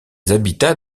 habitats